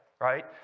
right